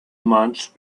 months